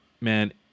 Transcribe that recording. man